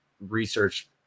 research